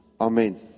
Amen